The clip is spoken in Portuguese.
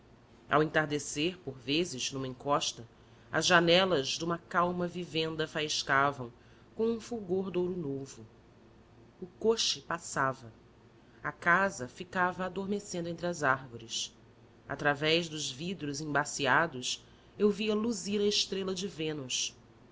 ao entardecer por vezes numa encosta as janelas de uma calma vivenda faiscavam com um fulgor de ouro novo o coche passava a casa ficava adormecendo entre as árvores através dos vidros embaciados eu via luzir a estrela de vênus